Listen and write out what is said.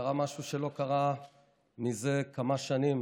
קרה משהו שלא קרה זה כמה שנים,